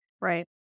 Right